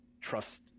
trust